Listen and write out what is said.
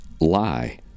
lie